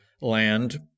land